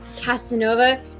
Casanova